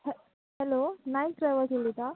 हॅ hello Nayak travels उलयता